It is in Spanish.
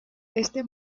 este